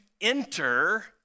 enter